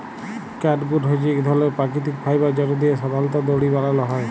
catgut হছে ইক ধরলের পাকিতিক ফাইবার যেট দিঁয়ে সাধারলত দড়ি বালাল হ্যয়